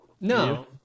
No